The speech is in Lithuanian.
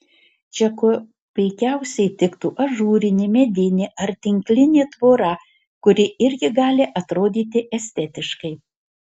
čia kuo puikiausiai tiktų ažūrinė medinė ar tinklinė tvora kuri irgi gali atrodyti estetiškai